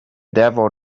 devil